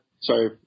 Sorry